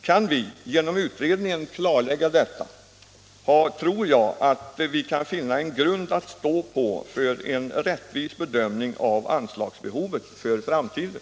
Kan vi genom utredningen klarlägga detta tror jag att vi får en grund att stå på för en rättvis bedömning av anslagsbehovet i framtiden.